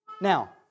Now